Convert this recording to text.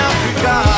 Africa